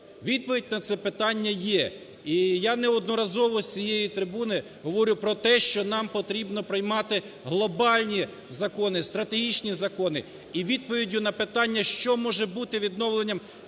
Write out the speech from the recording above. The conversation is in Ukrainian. Відповідь на це питання є і я неодноразово з цієї трибуни говорю про те, що нам потрібно приймати глобальні закони, стратегічні закони. І відповіддю на питання, що може бути відновленням